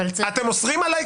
אבל --- אתם אוסרים עליי,